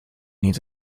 needs